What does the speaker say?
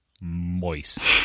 moist